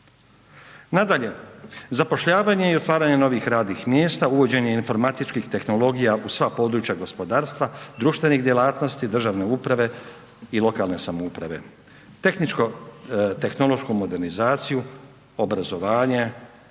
Nadalje, zapošljavanje i otvaranje novih radnih mjesta, uvođenje informatičkih tehnologija u sva područja gospodarstva, društvenih djelatnosti državne uprave i lokalne samouprave, tehničko tehnološku modernizaciju, obrazovanje,